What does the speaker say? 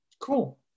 Cool